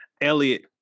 Elliot